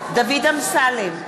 אמסלם,